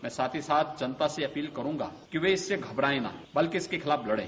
मैं साथ ही साथ जनता से यह अपील करूंगा कि वह इसमें घबरायें न बल्कि इसके खिलाफ लड़ें